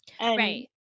right